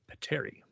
Pateri